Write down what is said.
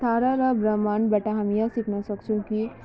तारा र ब्रह्माण्डबाट हामी यो सिक्न सक्छौँ कि